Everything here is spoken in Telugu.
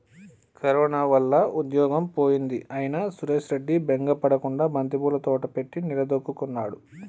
కరోనా వల్ల ఉద్యోగం పోయింది అయినా సురేష్ రెడ్డి బెంగ పడకుండా బంతిపూల తోట పెట్టి నిలదొక్కుకున్నాడు